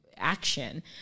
action